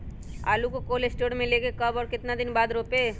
आलु को cold store से ले के कब और कितना दिन बाद रोपे?